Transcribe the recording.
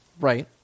Right